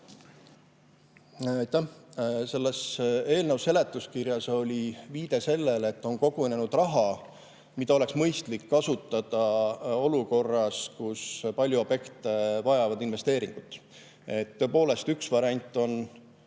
eelnõu seletuskirjas on viide sellele, et on kogunenud raha, mida oleks mõistlik kasutada olukorras, kus palju objekte vajab investeeringut. Tõepoolest, üks variant on